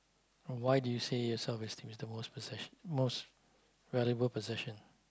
and why do you say yourself as is the most possession most valuable possession